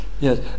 Yes